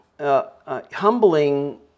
humbling